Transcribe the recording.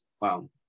Wow